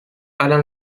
alain